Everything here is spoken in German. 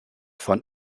von